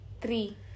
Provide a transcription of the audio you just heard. Three